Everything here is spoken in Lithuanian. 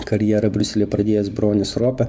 karjerą briuselyje pradėjęs bronius ropė